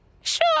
Sure